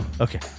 okay